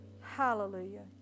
hallelujah